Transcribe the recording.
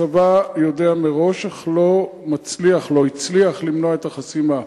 הצבא יודע מראש, אך לא מצליח למנוע את החסימה.